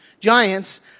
giants